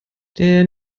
der